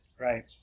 Right